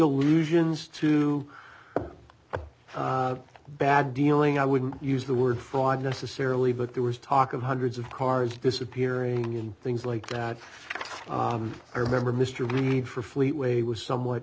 allusions to bad dealing i wouldn't use the word fraud necessarily but there was talk of hundreds of cars disappearing in things like that i remember mr reid for fleet way was somewhat